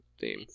theme